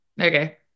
Okay